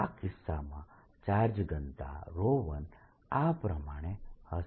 આ કિસ્સામાં ચાર્જ ઘનતા 1 આ પ્રમાણે હશે